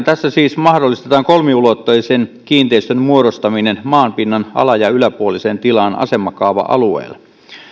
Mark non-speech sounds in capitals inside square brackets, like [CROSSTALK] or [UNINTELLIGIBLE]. [UNINTELLIGIBLE] tässä siis mahdollistetaan kolmiulotteisen kiinteistön muodostaminen maanpinnan ala ja yläpuoliseen tilaan asemakaava alueelle